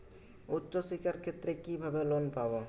উচ্চশিক্ষার ক্ষেত্রে কিভাবে লোন পাব?